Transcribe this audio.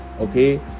okay